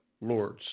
lords